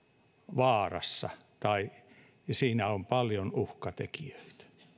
vaarassa ja siinä on paljon uhkatekijöitä